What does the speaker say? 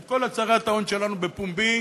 את כל הצהרת ההון שלנו בפומבי,